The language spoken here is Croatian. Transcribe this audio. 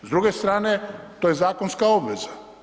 S druge strane, to je zakonska obveza.